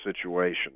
situation